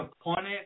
opponent